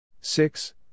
Six